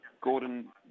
Gordon